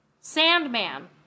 Sandman